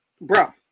Bro